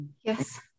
Yes